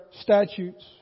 statutes